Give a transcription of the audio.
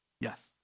Yes